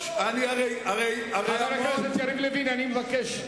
חבר הכנסת יריב לוין, אני מבקש.